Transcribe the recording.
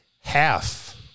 half